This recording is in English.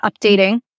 updating